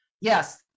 Yes